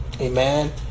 Amen